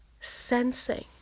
sensing